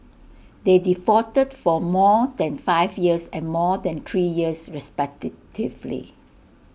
they defaulted for more than five years and more than three years respected